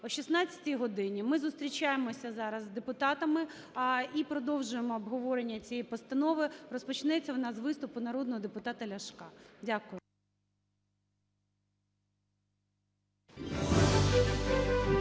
О 16 годині ми зустрічаємося зараз з депутатами і продовжуємо обговорення цієї постанови. Розпочнеться вона з виступу народного депутата Ляшка. Дякую.